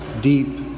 deep